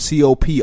COP